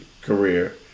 career